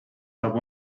saab